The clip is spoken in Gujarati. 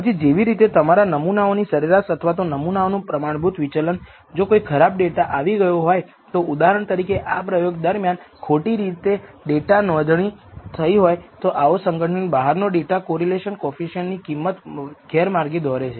પછી જેવી રીતે તમારા નમુનાની સરેરાશ અથવા તો નમુનાનું પ્રમાણભૂત વિચલન જો કોઈ ખરાબ ડેટા આવી ગયો હોય ઉદાહરણ તરીકે આ પ્રયોગ દરમિયાન ખોટી રીતે ડેટા નોંધણી થઈ હોય તો આવો સંગઠન બહારનો ડેટા કોરિલેશન કોએફિસિએંટ ની કિંમત ગેરમાર્ગે દોરે છે